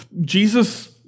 Jesus